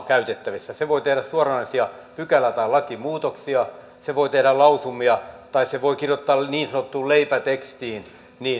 käytettävissä se voi tehdä suoranaisia pykälä tai lakimuutoksia se voi tehdä lausumia tai se voi kirjoittaa niin sanottuun leipätekstiin